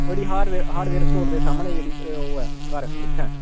ओह् हार्डवेयर्स्टोर दे सामनै जेह्ड़ी ओह् ऐ घर उत्थें